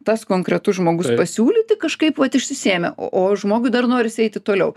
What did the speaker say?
tas konkretus žmogus pasiūlyti kažkaip vat išsisėmė o žmogui dar norisi eiti toliau